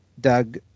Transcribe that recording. Doug